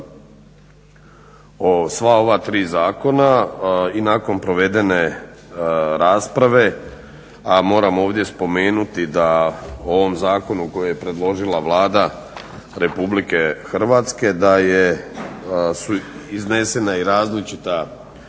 sva ova tri zakona i nakon provedene rasprave a moram ovdje spomenuti da o ovom zakonu koji je predložila Vlada Republike Hrvatske da su iznesena i različita,